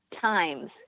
times